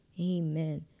Amen